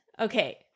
Okay